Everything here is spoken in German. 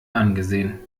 angesehen